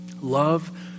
Love